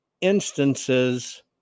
instances